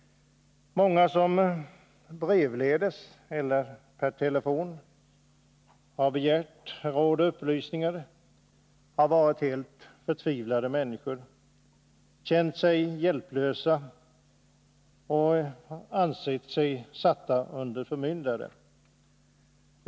Många som brevledes eller per telefon begärt råd och upplysningar har varit helt förtvivlade, känt sig hjälplösa och ansett sig satta under förmyndare.